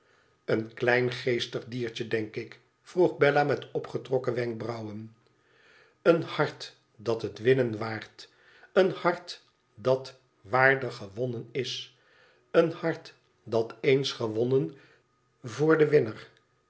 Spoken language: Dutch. en kleingeestig diertje denk ik vroeg bella met opgetrokken wenkbrauwen en hart dat het winnen waard een hart dat waardig gewonnen is en hart dat eens gewonnen voor den winner